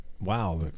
wow